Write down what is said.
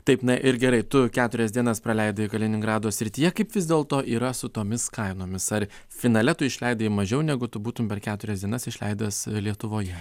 taip na ir gerai tu keturias dienas praleidai kaliningrado srityje kaip vis dėlto yra su tomis kainomis ar finale tu išleidai mažiau negu tu būtum per keturias dienas išleidęs lietuvoje